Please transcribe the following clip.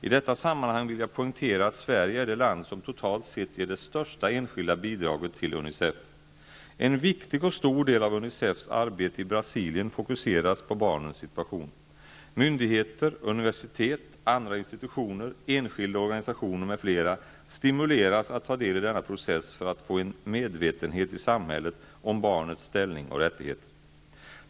I detta sammanhang vill jag poängtera att Sverige är det land som totalt sett ger det största enskilda bidraget till UNICEF. En viktig och stor del av UNICEF:s arbete i Brasilien fokuseras på barnens situation. Myndigheter, universitet, andra institutioner, enskilda organisationer m.fl. stimuleras att ta del i denna process för att få en medvetenhet i samhället om barnens ställning och rättigheter.